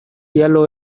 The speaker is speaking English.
yellow